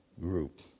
group